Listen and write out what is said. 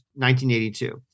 1982